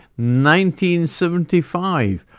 1975